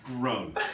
grown